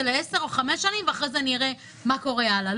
ל-10 או ל-5 שנים ואחר כך אני אראה מה קורה הלאה.